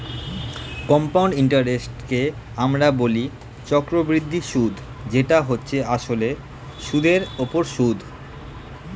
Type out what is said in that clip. compound ইন্টারেস্টকে আমরা বলি চক্রবৃদ্ধি সুদ যেটা হচ্ছে আসলে সুদের উপর সুদ